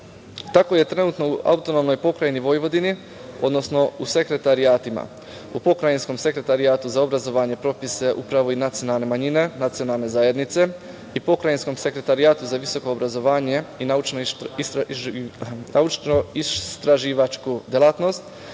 Tako je trenutno AP Vojvodini, odnosno u sekretarijatima. U Pokrajinskom sekretarijatu za obrazovanje, propise i nacionalne manjine, nacionalne zajednice i Pokrajinskom sekretarijatu za visoko obrazovanje i naučno istraživačku delatnost